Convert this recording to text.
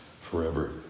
forever